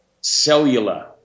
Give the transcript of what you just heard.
cellular